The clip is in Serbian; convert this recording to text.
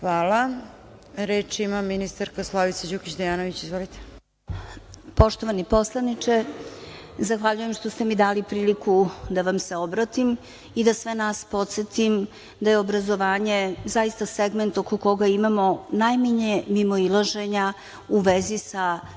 Hvala. Reč ima ministarka Slavica Đukić Dejanović, izvolite. **Slavica Đukić Dejanović** Poštovani poslaniče, zahvaljujem što ste mi dali priliku da vam se obratim i da sve nas podsetim da je obrazovanje zaista segment oko koga imamo najmanje mimoilaženja u vezi sa stavom